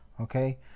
Okay